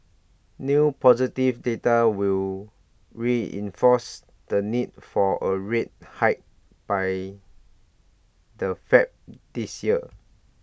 new positive data will reinforce the need for A rate hike by the fed this year